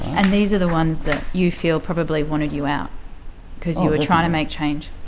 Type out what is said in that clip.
and these are the ones that you feel probably wanted you out because you were trying to make change?